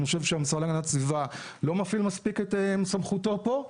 אני חושב שהמשרד להגנת הסביבה לא מפעיל מספיק את סמכותו פה.